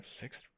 sixth